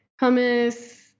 hummus